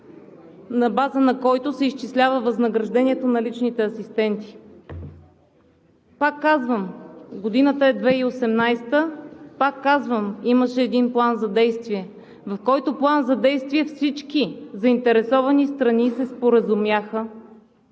на база на който се изчислява възнаграждението на личните асистенти. Пак казвам, годината е 2018-а, пак казвам, имаше един план за действие, в който всички заинтересовани страни се споразумяха